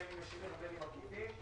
בין אם ישירים ובין אם עקיפים.